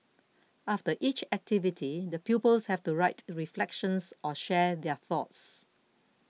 after each activity the pupils have to write reflections or share their thoughts